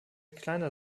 kleiner